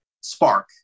spark